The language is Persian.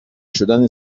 شدن